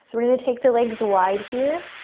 so we're going to take the legs wide, here.